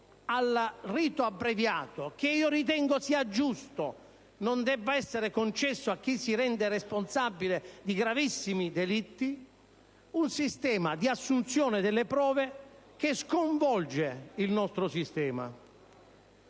del rito abbreviato, che ritengo sia giusto non debba essere concesso a chi si rende responsabile di gravissimi delitti - un sistema di assunzione delle prove che sconvolge il nostro sistema.